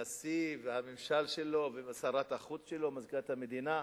הנשיא והממשל שלו ושרת החוץ שלו, מזכירת המדינה,